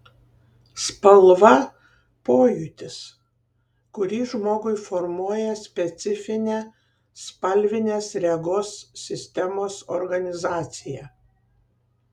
spalva pojūtis kurį žmogui formuoja specifinė spalvinės regos sistemos organizacija